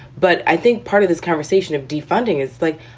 but i think part of this conversation of defunding is like,